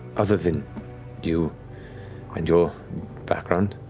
other than you and your background.